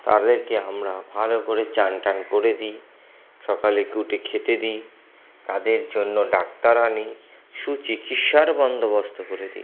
তাদেরকে আমরা ভালো করে চান টান করে দিই সকালে খেতে দিই তাদের জন্য ডাক্তার আনি সুচিকিৎসার বন্দোবস্ত করে দিই